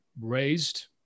raised